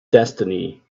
destiny